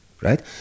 right